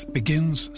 begins